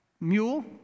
mule